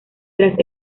tras